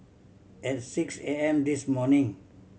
at six A M this morning